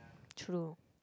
true